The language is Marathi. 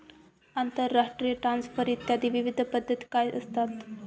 आंतरराष्ट्रीय ट्रान्सफर इत्यादी विविध पद्धती काय असतात?